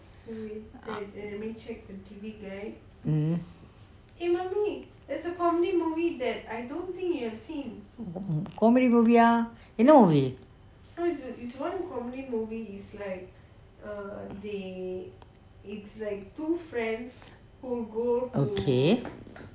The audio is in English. comedy movie ah என்னா:enna movie okay